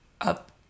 up